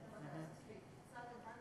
בכל זאת,